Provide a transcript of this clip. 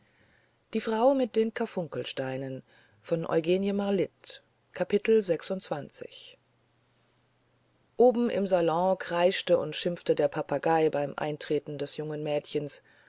oben im salon kreischte und schimpfte der papagei beim eintreten des jungen mädchens